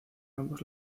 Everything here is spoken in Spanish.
ambos